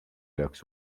jaoks